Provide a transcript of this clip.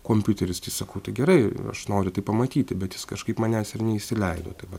kompiuteris tai sakau tai gerai aš noriu tai pamatyti bet jis kažkaip manęs ir neįsileido tai va